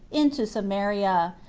into samaria,